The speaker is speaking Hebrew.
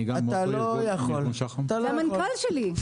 אני מנכ"ל שח"ם.